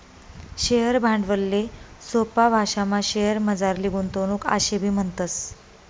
share भांडवलले सोपा भाशामा शेअरमझारली गुंतवणूक आशेबी म्हणतस